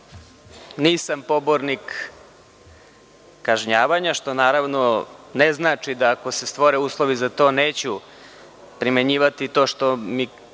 pobornik kažnjavanja, što ne znači da ako se stvore uslovi za to neću primenjivati to što mi